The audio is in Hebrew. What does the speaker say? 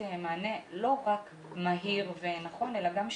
מענה לא רק מהיר ונכון אלא גם שירותים.